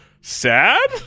sad